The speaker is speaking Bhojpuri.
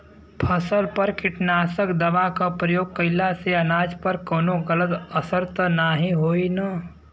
फसल पर कीटनाशक दवा क प्रयोग कइला से अनाज पर कवनो गलत असर त ना होई न?